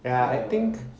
ya I think no lah I think